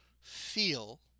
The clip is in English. feel